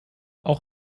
auch